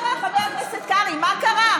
מה קרה, חבר הכנסת קרעי, מה קרה?